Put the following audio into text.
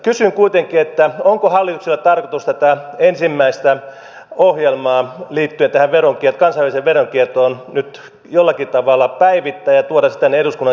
kysyn kuitenkin onko hallituksella tarkoitus tätä ensimmäistä ohjelmaa liittyen tähän kansainväliseen veronkiertoon nyt jollakin tavalla päivittää ja tuoda se tänne eduskunnan käsittelyyn